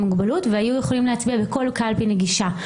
מוגבלות והיו יכולים להצביע בכל קלפי נגישה.